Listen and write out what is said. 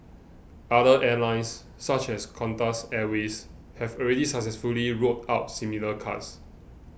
other airlines such as Qantas Airways have already successfully rolled out similar cards